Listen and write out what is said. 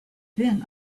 been